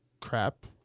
crap